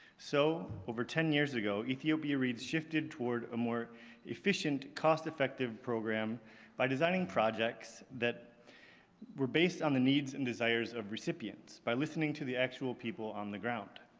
so, over ten years ago, ethiopia reads, shifted toward a more efficient cost-effective program by designing projects that were based on the needs and desires of recipients, by listening to the actual people on the ground.